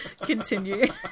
Continue